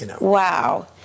Wow